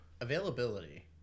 Availability